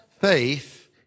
faith